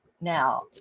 Now